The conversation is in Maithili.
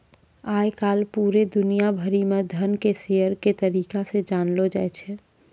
आय काल पूरे दुनिया भरि म धन के शेयर के तरीका से जानलौ जाय छै